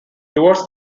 towards